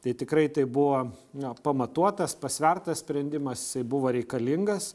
tai tikrai tai buvo na pamatuotas pasvertas sprendimas jisai buvo reikalingas